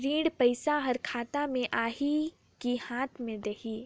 ऋण पइसा हर खाता मे आही की हाथ मे देही?